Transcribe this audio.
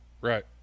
Right